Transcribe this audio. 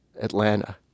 Atlanta